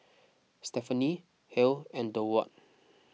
Stephani Halle and Durward